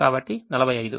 కాబట్టి 45